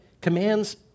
commands